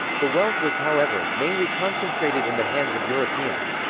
the wealth was however, mainly concentrated in the hands of europeans.